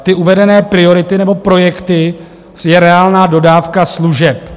Ty uvedené priority nebo projekty je reálná dodávka služeb.